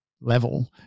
level